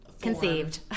conceived